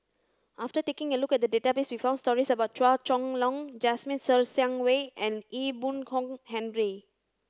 after taking a look at the database we found stories about Chua Chong Long Jasmine Ser Xiang Wei and Ee Boon Kong Henry